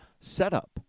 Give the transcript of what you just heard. setup